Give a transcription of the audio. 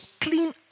clean